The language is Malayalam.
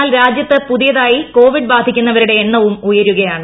എന്നാൽ രാജ്യത്ത് പുതിയതായി കോവിഡ് ബാധിക്കുന്നവ രുടെ എണ്ണവും ഉയരുകയാണ്